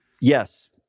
Yes